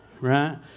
Right